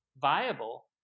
Viable